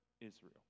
Israel